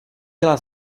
byla